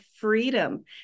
freedom